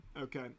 okay